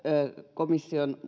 komission